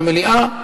במליאה,